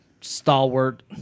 stalwart